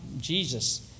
Jesus